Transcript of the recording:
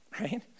right